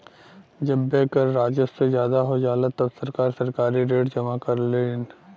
जब व्यय कर राजस्व से ज्यादा हो जाला तब सरकार सरकारी ऋण जमा करलीन